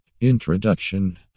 Introduction